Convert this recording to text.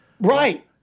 Right